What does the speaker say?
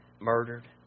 murdered